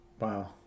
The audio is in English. wow